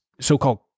so-called